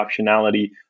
optionality